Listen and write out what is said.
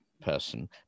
person